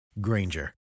Granger